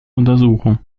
untersuchen